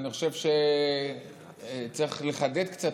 אני חושב שצריך אולי לחדד קצת.